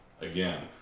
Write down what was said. again